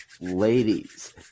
Ladies